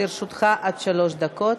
לרשותך עד שלוש דקות.